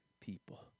people